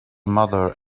mother